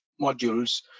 modules